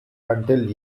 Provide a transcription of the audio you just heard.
until